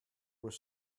was